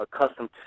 accustomed